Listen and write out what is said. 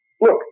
look